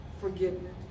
Forgiveness